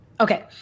okay